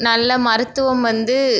நல்ல மருத்துவம் வந்து